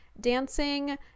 dancing